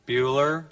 Bueller